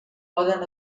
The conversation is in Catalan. poden